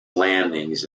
landings